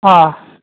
অঁ